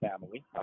family